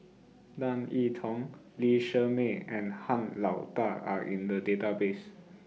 Tan I Tong Lee Shermay and Han Lao DA Are in The Database